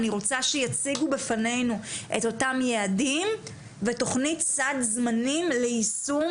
אני רוצה שיציגו בפנינו את אותם יעדים ותוכנית סד זמנים ליישום